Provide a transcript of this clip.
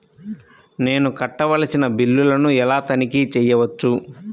నేను కట్టవలసిన బిల్లులను ఎలా తనిఖీ చెయ్యవచ్చు?